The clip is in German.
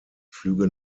flüge